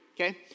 okay